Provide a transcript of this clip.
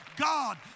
God